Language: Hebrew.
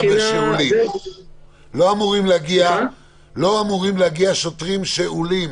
לא אמורים להגיע שוטרים שאולים?